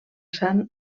sant